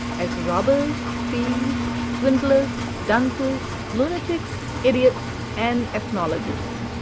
as robbers, thieves, swindlers, dunces, lunatics, idiots and ethnologists.